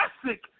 classic